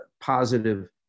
positive